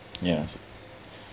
ya